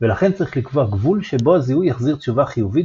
ולכן צריך לקבוע גבול שבו הזיהוי יחזיר תשובה חיובית